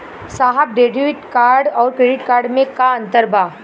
साहब debit card और credit card में का अंतर बा?